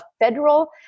federal